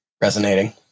resonating